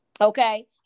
Okay